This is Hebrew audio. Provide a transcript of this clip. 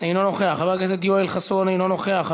אינו נוכח.